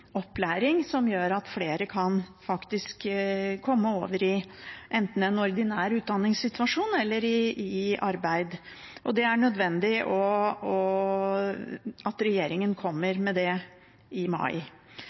opplæring, som gjør at flere kan komme over i enten en ordinær utdanningssituasjon eller i arbeid. Det er nødvendig at regjeringen kommer med det i mai.